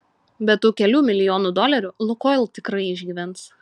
be tų kelių milijonų dolerių lukoil tikrai išgyvens